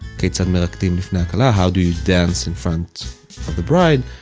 keitzad merakdim lifnei hakalah? how do you dance in front of the bride?